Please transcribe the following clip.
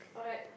alright